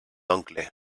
oncle